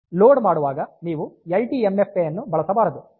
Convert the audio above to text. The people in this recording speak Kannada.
ಲೋಡ್ ಮಾಡುವಾಗ ನೀವು L D M F A ಅನ್ನು ಬಳಸಬಾರದು